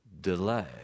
delay